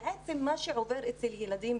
בעצם מה שעובר אצל ילדים,